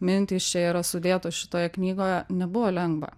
mintys čia yra sudėtos šitoje knygoje nebuvo lengva